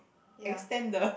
extend the